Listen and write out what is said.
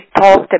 talked